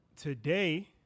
today